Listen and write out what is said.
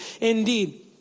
Indeed